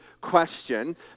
question